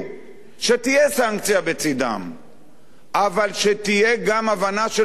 שתהיה סנקציה בצדם אבל שתהיה גם הבנה של המציאות